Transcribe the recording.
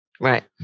Right